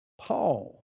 Paul